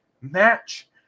match